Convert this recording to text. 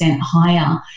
higher